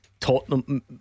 Tottenham